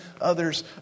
others